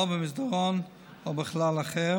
לא במסדרון או בחלל אחר